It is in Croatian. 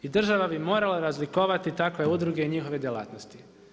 I država bi morala razlikovati takve udruge i njihove djelatnosti.